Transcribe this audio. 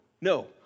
no